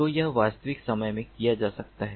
तो यह वास्तविक समय में किया जा सकता है